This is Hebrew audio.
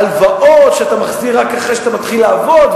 הלוואות שאתה מחזיר רק אחרי שאתה מתחיל לעבוד,